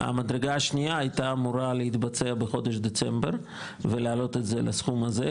המדרגה השנייה הייתה אמורה להתבצע בחודש דצמבר ולעלות את זה לסכום הזה,